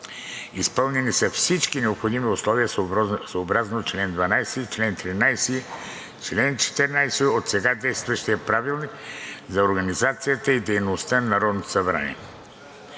Изпълнени са всички необходими условия съобразно чл. 12, чл. 13 и чл. 14 от сега действащия Правилник за организацията и дейността на Народното събрание.